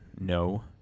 No